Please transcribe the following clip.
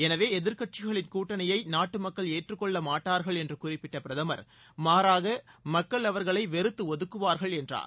எனவே எதிர்க்கட்சிகளின் கூட்டணியை நாட்டு மக்கள் ஏற்றுக் கொள்ள மாட்டார்கள் என்று குறிப்பிட்ட பிரதமர் மாறாக மக்கள் அவர்களை வெறுத்து ஒதுக்குவார்கள் என்றார்